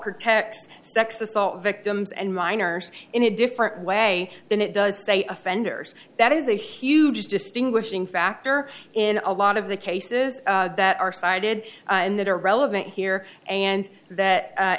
protects sex assault victims and minors in a different way than it does state offenders that is a huge distinguishing factor in a lot of the cases that are cited that are relevant here and that